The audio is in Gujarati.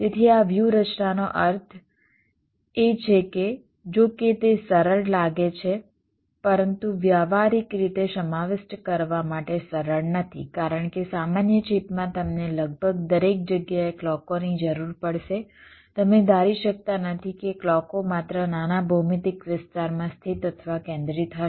તેથી આ વ્યૂહરચનાનો અર્થ એ છે કે જો કે તે સરળ લાગે છે પરંતુ વ્યવહારીક રીતે સમાવિષ્ટ કરવા માટે સરળ નથી કારણ કે સામાન્ય ચિપમાં તમને લગભગ દરેક જગ્યાએ ક્લૉકોની જરૂર પડશે તમે ધારી શકતા નથી કે ક્લૉકો માત્ર નાના ભૌમિતિક વિસ્તારમાં સ્થિત અથવા કેન્દ્રિત હશે